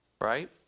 right